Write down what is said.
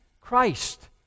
Christ